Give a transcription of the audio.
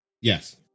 Yes